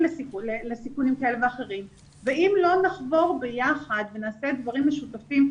לסיכונים כאלה ואחרים ואם לא נחבור ביחד ונעשה דברים משותפים,